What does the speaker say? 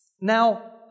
Now